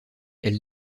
elle